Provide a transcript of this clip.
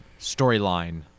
storyline